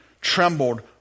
trembled